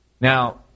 Now